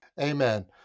Amen